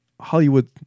Hollywood